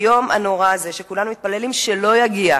היום הנורא הזה, שכולנו מתפללים שלא יגיע,